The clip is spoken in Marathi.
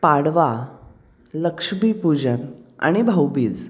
पाडवा लक्ष्मी पूजन आणि भाऊबीज